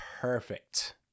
Perfect